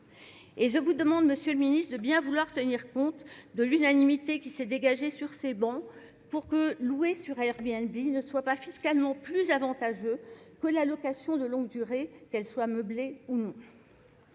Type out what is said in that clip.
Et je vous demande, Monsieur le Ministre, de bien vouloir tenir compte de l'unanimité qui s'est dégagée sur ces bancs pour que louer sur Airbnb ne soit pas fiscalement plus avantageux que l'allocation de longue durée, qu'elle soit meublée ou non.